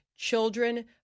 Children